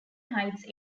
heights